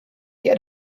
get